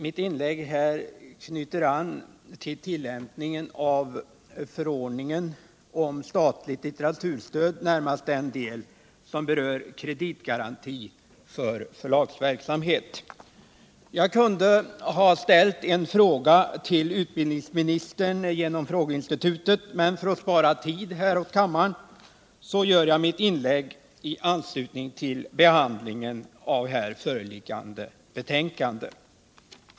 Jag kunde genom frågeinstitutet ha ställt en fråga till utbildningsministern, men för att spara tid åt kammaren gör jag mitt inlägg i anslutning till behandlingen av det föreliggande betänkandet.